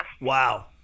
Wow